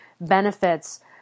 benefits